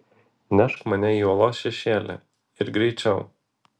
nešk mane į uolos šešėlį ir greičiau